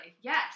Yes